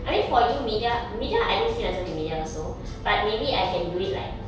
I mean for you media media I don't see myself in media also but maybe I can do it like